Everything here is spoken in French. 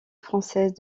française